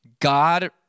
God